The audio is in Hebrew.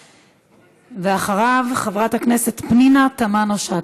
בבקשה, ואחריו חברת הכנסת פנינה תמנו-שטה.